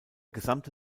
gesamte